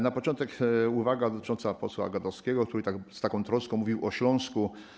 Na początek uwaga dotycząca posła Gadowskiego, który z taką troską mówił o Śląsku.